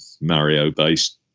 Mario-based